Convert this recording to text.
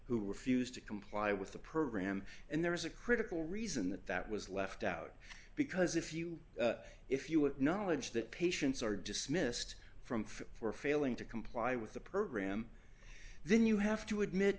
who refused to comply with the program and there was a critical reason that that was left out because if you if you acknowledge that patients are dismissed from fee for failing to comply with the program then you have to admit